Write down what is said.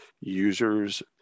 users